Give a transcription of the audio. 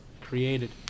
created